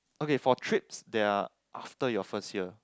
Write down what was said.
okay for trips there are after your first year